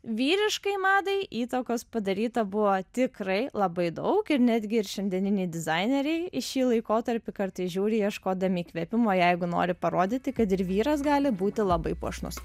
vyriškai madai įtakos padaryta buvo tikrai labai daug ir netgi ir šiandieniniai dizaineriai į šį laikotarpį kartais žiūri ieškodami įkvėpimo jeigu nori parodyti kad ir vyras gali būti labai puošnus